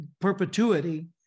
perpetuity